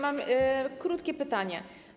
Mam krótkie pytanie.